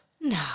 No